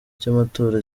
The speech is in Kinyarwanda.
cy’amatora